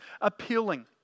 appealing